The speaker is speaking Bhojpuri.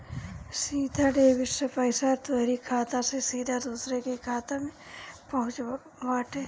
सीधा डेबिट से पईसा तोहरी खाता से सीधा दूसरा के खाता में पहुँचत बाटे